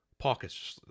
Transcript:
pockets